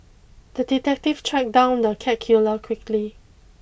the detective tracked down the cat killer quickly